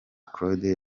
claude